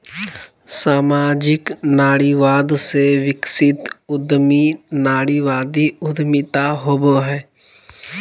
सामाजिक नारीवाद से विकसित उद्यमी नारीवादी उद्यमिता होवो हइ